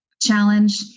challenge